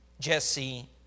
Jesse